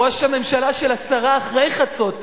ראש הממשלה של עשר דקות אחרי חצות,